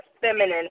feminine